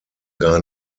gar